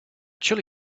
chilli